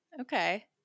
okay